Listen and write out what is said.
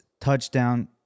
touchdown